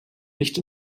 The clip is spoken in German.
nicht